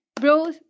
bro